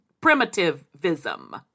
primitivism